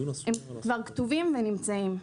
הם כבר כתובים ונמצאים.